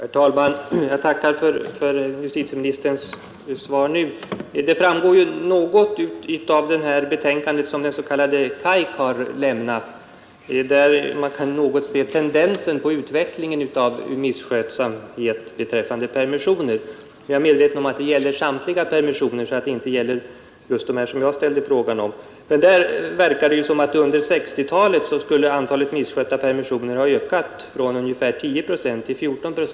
Herr talman! Jag tackar för justitieministerns senaste besked. Det lämnas vissa uppgifter i det betänkande som kommittén för anstaltsbehandling inom kriminalvården har lämnat, av vilka man kan se tendensen i utvecklingen av misskötsamheten beträffande permissioner. Jag är medveten om att det där gäller samtliga permissioner och inte just den grupp som min fråga avsåg. Enligt denna statistik skulle emellertid under 1960-talet antalet misskötta permissioner ha ökat från ungefär 10 till 14 procent.